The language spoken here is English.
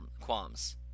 qualms